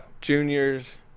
Juniors